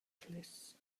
clust